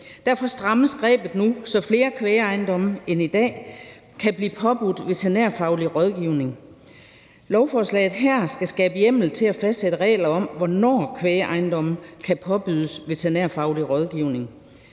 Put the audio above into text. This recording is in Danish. Derfor strammes grebet nu, så flere kvægejendomme end i dag kan blive påbudt veterinærfaglig rådgivning. Lovforslaget her skal skabe hjemmel til at fastsætte regler om, hvornår kvægejendomme kan påbydes veterinærfaglig rådgivning.